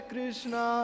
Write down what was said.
Krishna